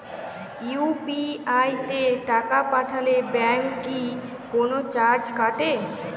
UPI তে টাকা পাঠালে ব্যাংক কি কোনো চার্জ কাটে?